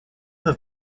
have